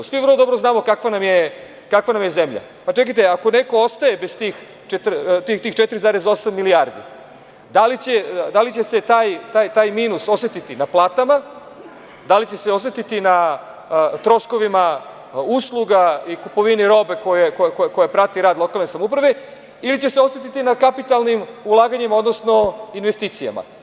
Svi vrlo dobro znamo kakva nam je zemlja, čekajte ako neko ostaje bez tih 4,8 milijardi, da li će se taj minus osetiti na platama, da li će se osetiti na troškovima usluga i kupovini robe koja prati rad lokalne samouprave ili će se osetiti na kapitalnim ulaganjima, odnosno investicijama?